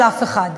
של אף אחד.